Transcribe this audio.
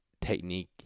technique